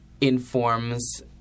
informs